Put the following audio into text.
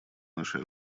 нашей